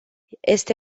este